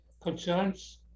concerns